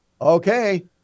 Okay